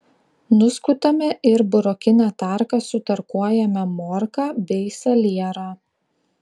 nuskutame ir burokine tarka sutarkuojame morką bei salierą